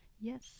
yes